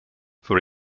for